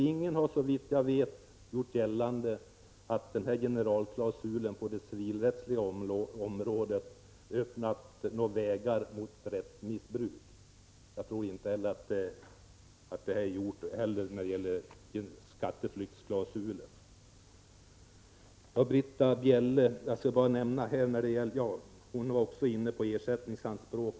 Ingen har, såvitt jag vet, gjort gällande att generalklausulen på det civilrättsliga området öppnat vägar för brett missbruk. Detsamma gäller skatteflyktsklausulen. Britta Bjelle var också inne på ersättningsanspråken.